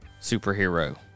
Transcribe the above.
superhero